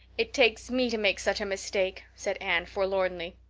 it takes me to make such a mistake, said anne forlornly.